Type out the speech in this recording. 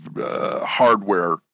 hardware